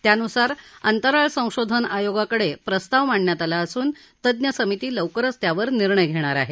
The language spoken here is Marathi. त्यानुसार अंतराळ संशोधन आयोगाकडे प्रस्ताव मांडण्यात आला असून तज्ज्ञ समिती लवकरच त्यावर निर्णय घेणार आहे